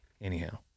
anyhow